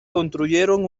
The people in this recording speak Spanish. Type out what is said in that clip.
construyeron